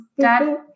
dad